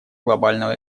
глобального